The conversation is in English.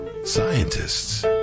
scientists